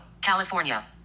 California